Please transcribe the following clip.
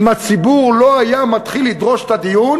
אם הציבור לא היה מתחיל לדרוש את הדיון,